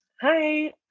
hi